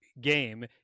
game